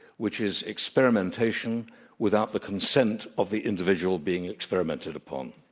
which is experimentation without the consent of the individual being experimented upon.